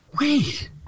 wait